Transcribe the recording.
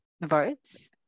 votes